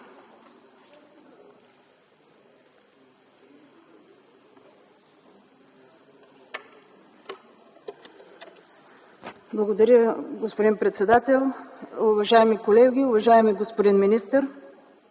Благодаря, господин председател! Уважаеми колеги, уважаеми господа министри!